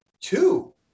Two